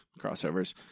crossovers